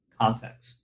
context